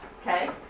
Okay